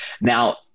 Now –